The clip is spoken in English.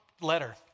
letter